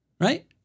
Right